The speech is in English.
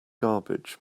garbage